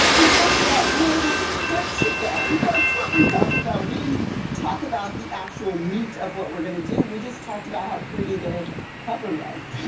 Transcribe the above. we talked about where the steps should go, that's what we talked about. we didn't talk about the actual meat of what we're gonna do, we just talked about how pretty the cover was.